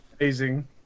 amazing